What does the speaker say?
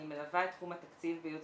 אני מלווה את תחום התקציב בייעוץ